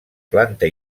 planta